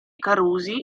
carusi